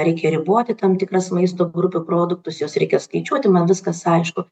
reikia riboti tam tikras maisto grupių produktus juos reikia skaičiuoti man viskas aišku